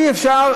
אי-אפשר,